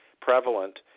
prevalent